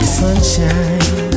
Sunshine